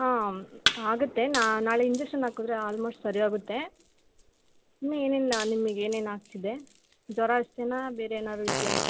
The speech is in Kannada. ಹಾಂ ಆಗುತ್ತೆ ನಾಳೆ ಇಂಜೆಕ್ಷನ್ ಹಾಕುದ್ರೆ ಆಲ್ಮೊಸ್ಟ್ ಸರಿ ಹೋಗುತ್ತೆ ಇನ್ನು ಏನಿಲ್ಲ ನಿಮ್ಗೆ ಏನೇನು ಆಗ್ತಿದೆ ಜ್ವರ ಅಷ್ಟೆನಾ ಬೇರೆ ಏನಾದ್ರು ಇದೆಯಾ